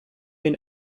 been